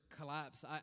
collapse